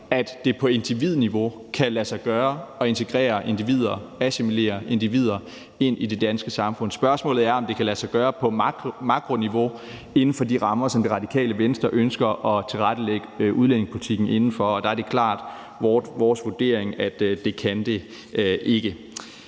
at det på individniveau kan lade sig gøre at integrere individer, assimilere individer, ind i det danske samfund. Spørgsmålet er, om det kan lade sig gøre på makroniveau inden for de rammer, som Radikale Venstre ønsker at tilrettelægge udlændingepolitikken inden for. Og der er det klart vores vurdering, at det kan det ikke.